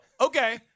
Okay